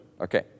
Okay